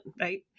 right